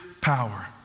power